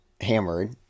hammered